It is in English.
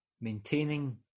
maintaining